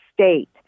state